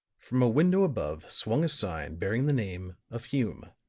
from a window above swung a sign bearing the name of hume.